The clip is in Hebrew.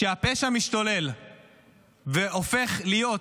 כשהפשע משתולל והופך להיות